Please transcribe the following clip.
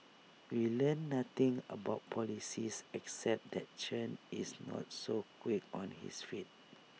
we learnt nothing about policies except that Chen is not so quick on his feet